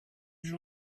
you